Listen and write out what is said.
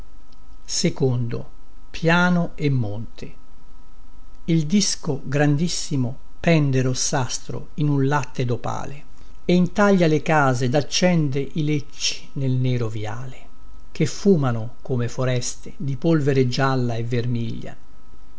brusìo della cena il disco grandissimo pende rossastro in un latte dopale e intaglia le case ed accende i lecci nel nero viale che fumano come foreste di polvere gialla e vermiglia